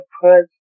put